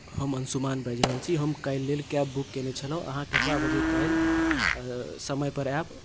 हम अंशुमान बाजि रहल छी हम काल्हि लेल कैब बुक कयने छलहुँ अहाँ कतबा बजे काल्हि समयपर आयब